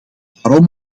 daarom